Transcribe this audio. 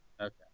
okay